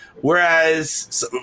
Whereas